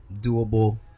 Doable